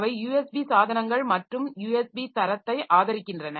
அவை யூஎஸ்பி சாதனங்கள் மற்றும் யூஎஸ்பி தரத்தை ஆதரிக்கின்றன